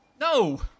No